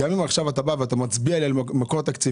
גם אם אתה עכשיו בא ומצביע לי על המקור התקציבי,